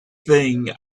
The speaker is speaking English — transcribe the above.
thing